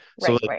right